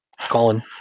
Colin